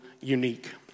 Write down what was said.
unique